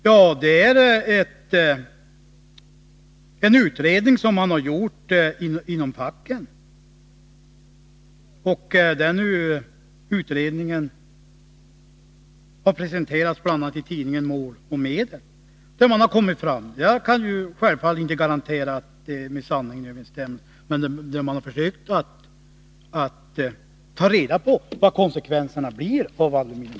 Jo, det är från en utredning som man har gjort inom facken. Denna utredning har presenterats bl.a. i tidningen Mål och Medel. Jag kan självfallet inte garantera att det är helt klart, men man har försökt att ta reda på vad konsekvenserna av aluminiumburkarna blir.